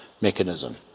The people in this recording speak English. mechanism